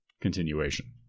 continuation